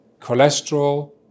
cholesterol